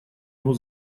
оно